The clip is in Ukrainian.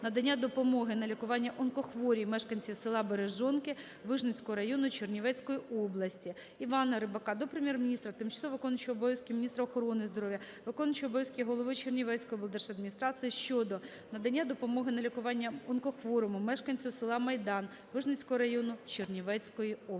надання допомоги на лікування онкохворій мешканці села Бережонка Вижницького району Чернівецької області. Івана Рибака до Прем'єр-міністра, тимчасово виконуючої обов'язки міністра охорони здоров'я, виконуючого обов'язки голови Чернівецької облдержадміністрації щодо надання допомоги на лікування онкохворому мешканцю села Майдан Вижницького району Чернівецької області.